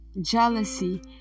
jealousy